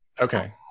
Okay